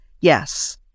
Yes